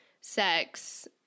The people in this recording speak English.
sex